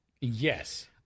Yes